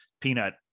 peanut